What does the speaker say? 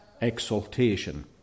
exaltation